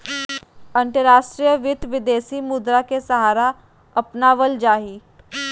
अंतर्राष्ट्रीय वित्त, विदेशी मुद्रा के सहारा अपनावल जा हई